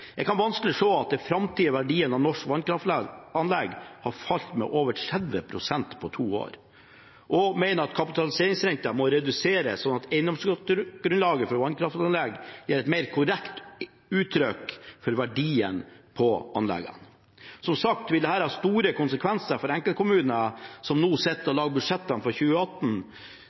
Jeg kan vanskelig se at den framtidige verdien av norske vannkraftanlegg har falt med over 30 pst. på to år, og mener at kapitaliseringsrenten må reduseres slik at eiendomsskattegrunnlaget for vannkraftanlegg gir et mer korrekt uttrykk for verdien på anleggene. Som sagt vil dette ha store konsekvenser for enkeltkommuner som nå sitter og lager budsjettene for 2018.